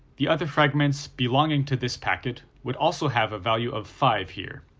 the other fragments belonging to this packet would also have a value of five here.